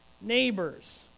neighbors